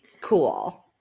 cool